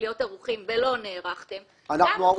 להיות ערוכים ולא נערכתם --- אנחנו ערוכים.